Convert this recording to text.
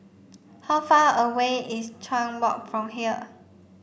how far away is Chuan Walk from here